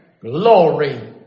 Glory